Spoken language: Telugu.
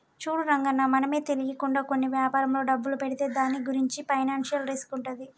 చూడు రంగన్న మనమే తెలియకుండా కొన్ని వ్యాపారంలో డబ్బులు పెడితే దాని గురించి ఫైనాన్షియల్ రిస్క్ ఉంటుంది